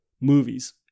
movies